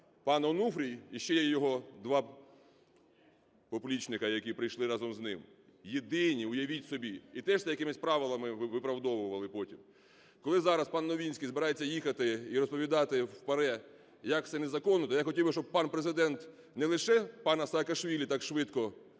пан Онуфрій і ще його два поплічника, які прийшли разом з ним. Єдині, уявіть собі! І теж якимись правилами виправдовували потім. Коли зараз пан Новинський збирається їхати і розповідати в ПАРЄ розповідати, як це незаконно, то я хотів би, щоб пан Президент не лише пана Саакашвілі так швидко